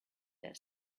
their